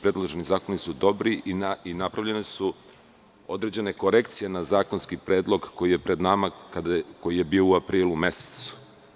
Predloženi zakoni su dobri i napravljene su određene korekcije na zakonski predlog koji je pred nama, koji je bio u aprilu mesecu.